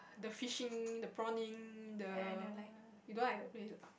the fishing the prawning the you don't like that place ah